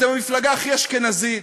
אתם המפלגה הכי אשכנזית,